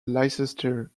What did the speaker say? leicester